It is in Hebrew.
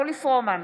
אורלי פרומן,